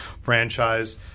franchise